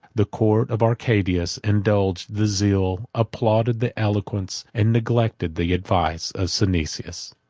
the court of arcadius indulged the zeal, applauded the eloquence, and neglected the advice, of synesius.